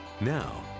Now